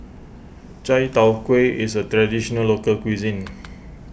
Chai Tow Kway is a Traditional Local Cuisine